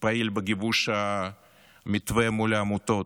פעיל בגיבוש המתווה מול העמותות,